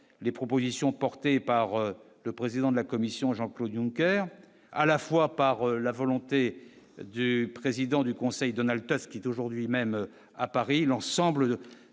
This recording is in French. les propositions portées par le président de la Commission, Jean-Claude Junker, à la fois par la volonté du président du Conseil donne Alta qui est aujourd'hui même à Paris, l'ensemble de